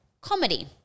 comedy